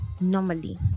normally